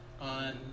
on